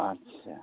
आदसा